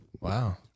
Wow